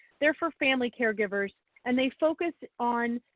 they're for family caregivers and they focus on,